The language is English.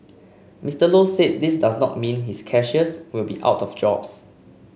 Mister Low said this does not mean his cashiers will be out of jobs